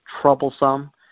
troublesome